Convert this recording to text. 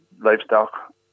livestock